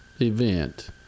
event